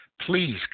please